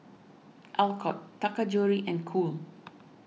Alcott Taka Jewelry and Cool